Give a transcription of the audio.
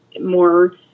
more